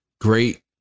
Great